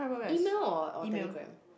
email or or Telegram